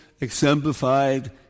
exemplified